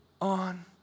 on